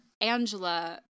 Angela